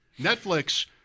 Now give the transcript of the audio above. Netflix